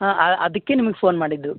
ಹಾಂ ಅದಕ್ಕೆ ನಿಮಗೆ ಫೋನ್ ಮಾಡಿದ್ದು